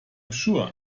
sure